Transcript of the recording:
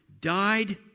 died